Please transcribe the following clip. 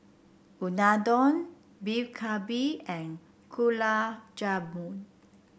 Unadon Beef Galbi and Gulab Jamun